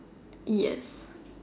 yes